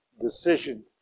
decision